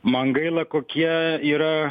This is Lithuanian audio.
man gaila kokie yra